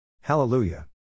Hallelujah